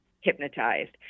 hypnotized